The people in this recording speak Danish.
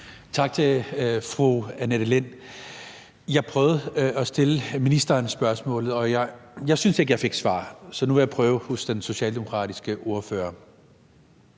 Tak til fru Annette Lind. Jeg prøvede at stille ministeren spørgsmålet, og jeg synes ikke, jeg fik svar, så nu vil jeg prøve hos den socialdemokratiske ordfører.